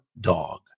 dog